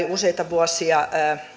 useita vuosia